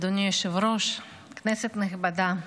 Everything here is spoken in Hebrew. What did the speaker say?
אדוני היושב-ראש, כנסת נכבדה,